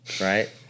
right